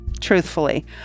Truthfully